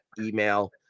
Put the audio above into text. email